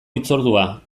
hitzordua